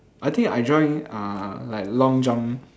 I think I join uh like long jump